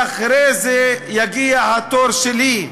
ואחרי זה יגיע התור שלי.